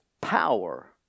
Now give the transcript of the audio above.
power